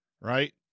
right